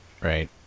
Right